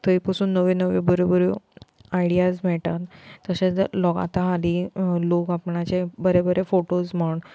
थंय पसून नव्यो नव्यो बऱ्यो बऱ्यो आयडियाज मेयटा तशेंच लोक आतां हालीं लोक आपणाचें बरे बरे फोटोज म्हण